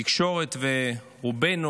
התקשורת ורובנו,